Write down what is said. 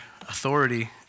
authority